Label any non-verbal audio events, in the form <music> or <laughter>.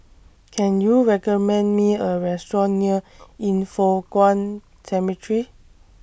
<noise> Can YOU recommend Me A Restaurant near Yin Foh Kuan Cemetery